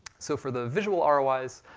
so for the visual um roi's,